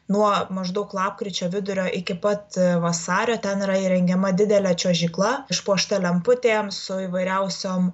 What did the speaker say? nuo maždaug lapkričio vidurio iki pat vasario ten yra įrengiama didelė čiuožykla išpuošta lemputėm su įvairiausiom